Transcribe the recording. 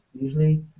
usually